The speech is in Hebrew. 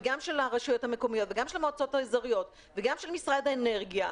וגם של הרשויות המקומיות וגם של המועצות האזוריות וגם של משרד האנרגיה.